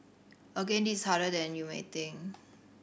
again this is harder than you may think